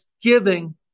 Giving